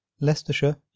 Leicestershire